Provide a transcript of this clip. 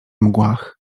mgłach